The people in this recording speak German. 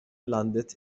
landet